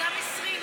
וגם 20,